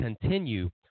continue